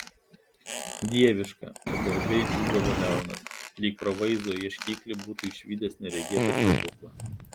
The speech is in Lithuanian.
dieviška pagarbiai džiūgavo leonas lyg pro vaizdo ieškiklį būtų išvydęs neregėtą stebuklą